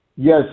Yes